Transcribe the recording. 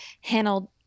handled